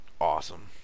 awesome